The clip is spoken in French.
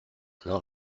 dans